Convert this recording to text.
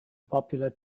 popular